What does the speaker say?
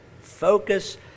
focus